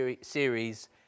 series